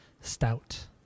stout